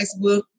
Facebook